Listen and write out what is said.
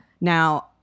Now